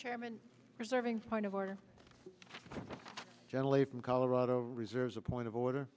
chairman reserving point of order generally from colorado reserves a point of order